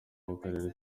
w’akarere